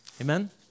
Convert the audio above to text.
Amen